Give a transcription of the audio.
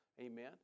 amen